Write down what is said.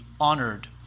honored